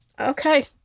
Okay